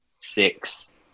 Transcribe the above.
six